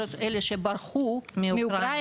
אלה שברחו מאוקרינה,